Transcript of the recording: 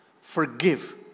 Forgive